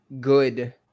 good